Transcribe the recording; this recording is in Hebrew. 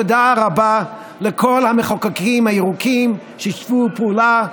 תודה רבה לכל המחוקקים הירוקים ששיתפו פעולה.